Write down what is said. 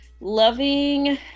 loving